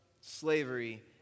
slavery